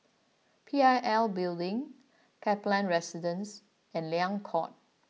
P I L Building Kaplan Residence and Liang Court